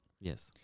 Yes